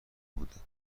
بودند